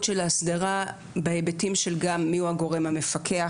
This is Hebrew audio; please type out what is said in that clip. של ההסדרה בהיבטים של גם מי הוא הגורם המפקח,